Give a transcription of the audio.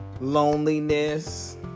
loneliness